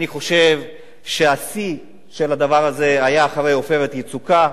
אני חושב שהשיא של הדבר הזה היה אחרי "עופרת יצוקה",